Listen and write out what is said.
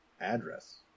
address